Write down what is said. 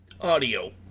audio